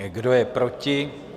Kdo je proti?